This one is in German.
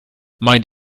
meint